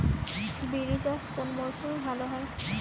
বিরি চাষ কোন মরশুমে ভালো হবে?